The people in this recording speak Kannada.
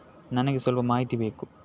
ನನಿಗೆ ಸ್ವಲ್ಪ ಮಾಹಿತಿ ಬೇಕು